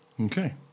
Okay